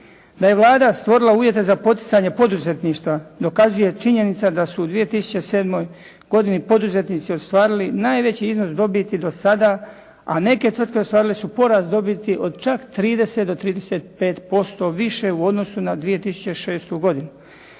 Da je Vlada stvorila uvjete za poticanje poduzetništva dokazuje činjenica da su u 2007. godini poduzetnici ostvarili najveći iznos dobiti do sada, a neke tvrtke ostvarile su porast dobiti od čak 30 do 35% više u odnosu na 2006. godinu,